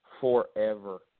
forever